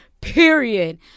period